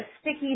sticky